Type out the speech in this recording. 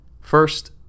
First